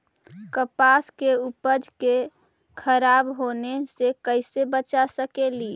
कपास के उपज के खराब होने से कैसे बचा सकेली?